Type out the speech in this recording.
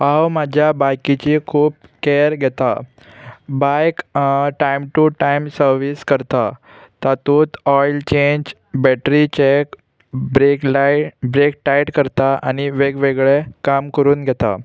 हांव म्हाज्या बायकीची खूब कॅर घेता बायक टायम टू टायम सर्वीस करतां तातूंत oil change battery check brake light brake tight करतां आनी वेगवेगळे काम करून घेतां